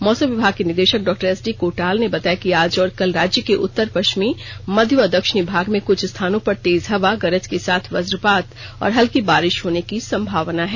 मौसम विभाग के निदेशक डॉ एसडी कोटाल ने बताया कि आज और कल राज्य के उत्तर पश्चिमी मध्य व दक्षिणी भाग में कुछ स्थानों पर तेज हवा गरज के साथ वजपात और हल्की बारिश होने की संभावना है